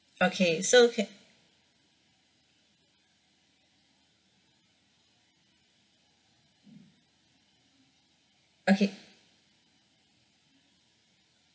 okay so okay okay